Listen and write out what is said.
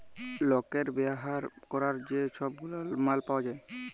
লকের ব্যাভার ক্যরার যে ছব গুলা মাল পাউয়া যায়